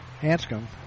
Hanscom